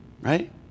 Right